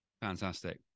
Fantastic